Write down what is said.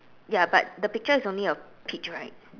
ya but the picture is only a peach right